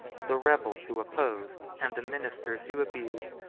the rebels who opposed, and the ministers who abused,